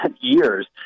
years